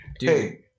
hey